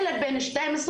ילד בן 12,